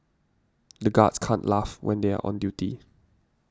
the guards can't laugh when they are on duty